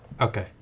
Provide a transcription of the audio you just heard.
Okay